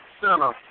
center